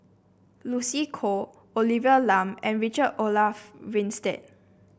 Lucy Koh Olivia Lum and Richard Olaf Winstedt